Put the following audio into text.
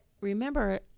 remember